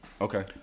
Okay